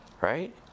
right